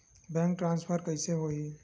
Bank transfer कइसे होही?